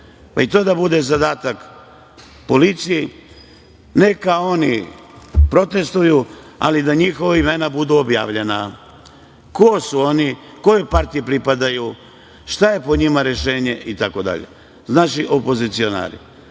da to bude zadatak policiji. Neka protestuju, ali da njihova imena budu objavljena. Ko su oni, koji partiji pripadaju, šta je po njima rešenje itd. Kada su u pitanju